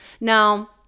Now